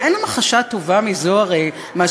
והרי אין המחשה טובה יותר מזאת,